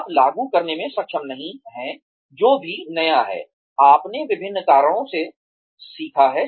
आप लागू करने में सक्षम नहीं हैं जो भी नया है आपने विभिन्न कारणों से सीखा है